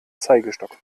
zeigestock